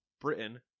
Britain